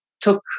took